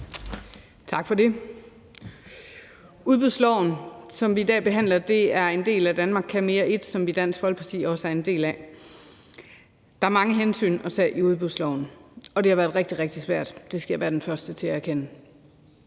Tak for det. Udbudsloven, som vi behandler i dag, er en del af »Danmark kan mere I«, som vi i Dansk Folkeparti også er en del af. Der er mange hensyn at tage i udbudsloven, og det har været rigtig, rigtig svært. Det skal jeg være den første til at erkende.